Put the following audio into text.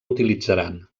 utilitzaran